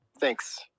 Thanks